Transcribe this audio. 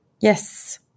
yes